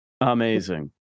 Amazing